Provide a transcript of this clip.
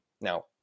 Now